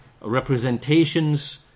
representations